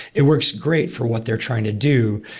it works great for what they're trying to do.